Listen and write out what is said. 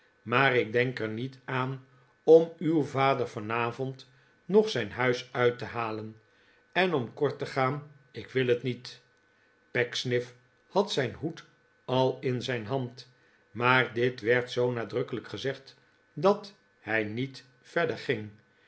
maar ik denk er niet aan v om uw vader yanavond nog zijn huis uit te halen en om kort te gaan ik wil het niet pecksniff had zijn hoed al in zijn hand maar dit werd zoo nadrukkelijk gezegd dat hij niet verder ging